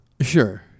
Sure